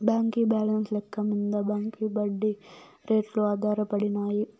బాంకీ బాలెన్స్ లెక్క మింద బాంకీ ఒడ్డీ రేట్లు ఆధారపడినాయి